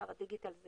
שר הדיגיטל,